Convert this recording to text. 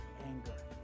anger